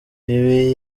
ibi